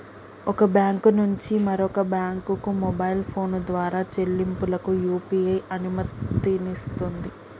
ఒక బ్యాంకు నుంచి మరొక బ్యాంకుకు మొబైల్ ఫోన్ ద్వారా చెల్లింపులకు యూ.పీ.ఐ అనుమతినిస్తుంది